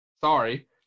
Sorry